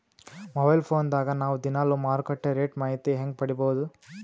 Mobile phone ದಾಗ ನಾವು ದಿನಾಲು ಮಾರುಕಟ್ಟೆ ರೇಟ್ ಮಾಹಿತಿ ಹೆಂಗ ಪಡಿಬಹುದು?